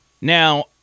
Now